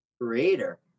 creator